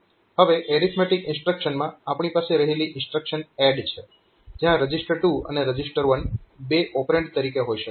હવે એરિથમેટીક ઇન્સ્ટ્રક્શનમાં આપણી પાસે પહેલી ઇન્સ્ટ્રક્શન ADD છે જયાં reg2 અને reg1 બે ઓપરેન્ડ તરીકે હોઈ શકે